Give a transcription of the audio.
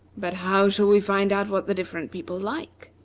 but how shall we find out what the different people like?